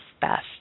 best